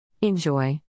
Enjoy